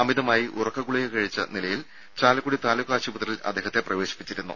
അമിതമായി ഉറക്ക ഗുളിക കഴിച്ച നിലയിൽ ചാലക്കുടി താലൂക്ക് ആശുപത്രിയിൽ അദ്ദേഹത്തെ പ്രവേശിപ്പിച്ചിരുന്നു